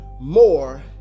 more